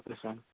okay sir